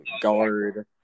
guard